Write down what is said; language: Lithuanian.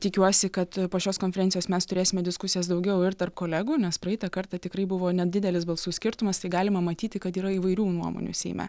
tikiuosi kad po šios konferencijos mes turėsime diskusijas daugiau ir tarp kolegų nes praeitą kartą tikrai buvo nedidelis balsų skirtumas tai galima matyti kad yra įvairių nuomonių seime